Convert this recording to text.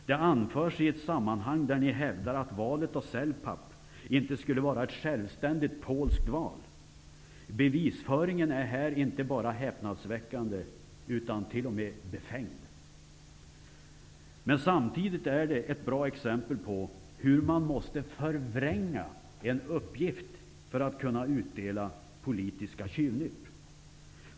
Det anförs i ett sammanhang där ni hävdar att valet av NLK-Celpap inte skulle vara ett självständigt polskt val. Bevisföringen är här inte bara häpnadsväckande, utan t.o.m. befängd. Samtidigt är den ett bra exempel på hur man måste förvränga en uppgift för att kunna dela ut politiska tjuvnyp.